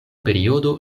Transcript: periodo